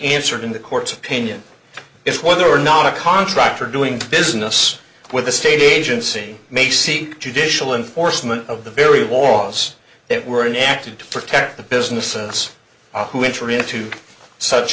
answered in the court's opinion is whether or not a contractor doing business with a state agency may seek judicial in forstmann of the very was it were enacted to protect the businesses who enter into such